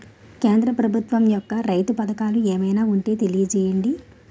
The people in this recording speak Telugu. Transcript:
కేంద్ర ప్రభుత్వం యెక్క రైతు పథకాలు ఏమైనా ఉంటే తెలియజేయండి?